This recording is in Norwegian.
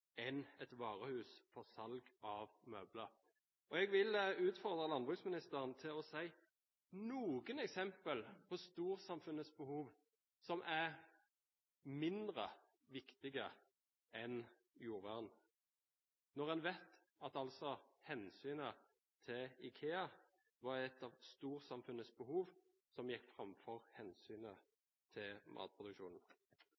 et varehus for salg av møbler. Jeg vil utfordre landbruksministeren til å gi noen eksempler på storsamfunnets behov som er mindre viktige enn jordvern, når en vet at hensynet til IKEA var et av storsamfunnets behov som gikk